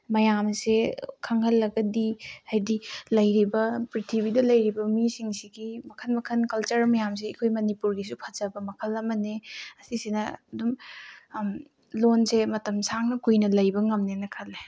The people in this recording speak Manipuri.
ꯃꯌꯥꯝꯁꯦ ꯈꯪꯍꯜꯂꯒꯗꯤ ꯍꯥꯏꯗꯤ ꯂꯩꯔꯤꯕ ꯄ꯭ꯔꯤꯊꯤꯕꯤꯗ ꯂꯩꯔꯤꯕ ꯃꯤꯁꯤꯡꯁꯤꯒꯤ ꯃꯈꯜ ꯃꯈꯜ ꯀꯜꯆꯔ ꯃꯌꯥꯝꯁꯦ ꯑꯩꯈꯣꯏ ꯃꯅꯤꯄꯨꯔꯒꯤꯁꯨ ꯐꯖꯕ ꯃꯈꯜ ꯑꯃꯅꯦ ꯑꯁꯤꯁꯤꯅ ꯑꯗꯨꯝ ꯂꯣꯟꯁꯦ ꯃꯇꯝ ꯁꯥꯡꯅ ꯀꯨꯏꯅ ꯂꯩꯕ ꯉꯝꯅꯦꯅ ꯈꯜꯂꯦ